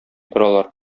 торалар